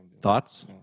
Thoughts